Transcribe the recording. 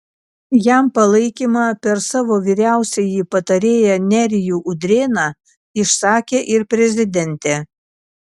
jam palaikymą per savo vyriausiąjį patarėją nerijų udrėną išsakė ir prezidentė